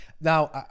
now